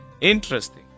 Interesting